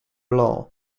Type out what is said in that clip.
law